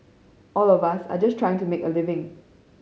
all of us are just trying to make a living